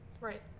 Right